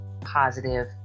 positive